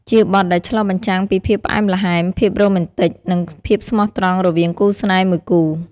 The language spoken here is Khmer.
ជាបទដែលឆ្លុះបញ្ចាំងពីភាពផ្អែមល្ហែម ភាពរ៉ូមែនទិក និងភាពស្មោះត្រង់រវាងគូស្នេហ៍មួយគូ។